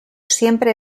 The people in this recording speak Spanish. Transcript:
siempre